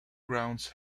grounds